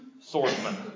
swordsman